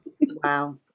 Wow